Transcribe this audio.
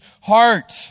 heart